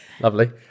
Lovely